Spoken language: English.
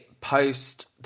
post-